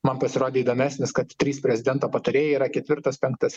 man pasirodė įdomesnis kad trys prezidento patarėjai yra ketvirtas penktas